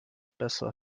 besser